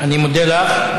אני מודה לך.